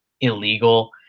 illegal